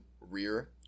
rear